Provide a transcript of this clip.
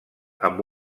amb